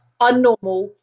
unnormal